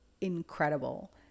incredible